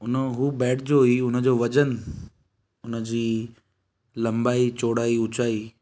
उन उहो बैट जो हुई उन जो वज़न उन जी लंबाई चौड़ाई ऊचाई